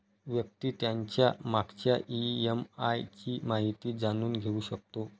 व्यक्ती त्याच्या मागच्या ई.एम.आय ची माहिती जाणून घेऊ शकतो